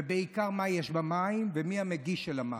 ובעיקר, מה יש במים ומי המגיש של המים,